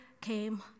came